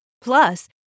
Plus